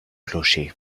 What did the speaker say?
clocher